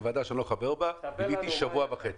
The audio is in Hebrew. בוועדה שאני לא חבר בה ביליתי שבוע וחצי.